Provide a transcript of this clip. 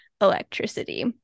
electricity